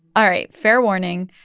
all right, fair warning.